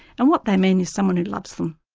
and what they mean is someone who loves them.